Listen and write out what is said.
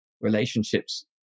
Relationships